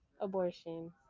abortion